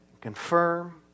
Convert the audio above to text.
confirm